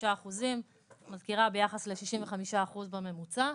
79% ביחס ל-65% בממוצע.